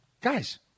guys